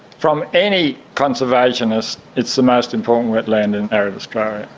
from any conservationist it's the most important wetland in arid australia.